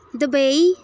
Dubai